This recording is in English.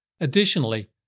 Additionally